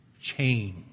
change